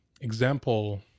example